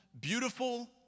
beautiful